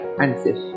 answer